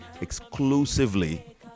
exclusively